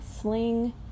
Sling